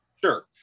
Sure